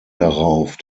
darauf